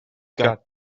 got